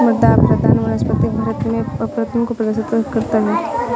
मृदा अपरदन वनस्पतिक परत में अपरदन को दर्शाता है